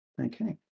okay